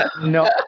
No